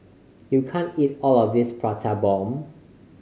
you can't eat all of this Prata Bomb